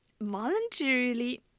voluntarily